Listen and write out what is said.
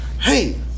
Hey